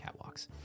catwalks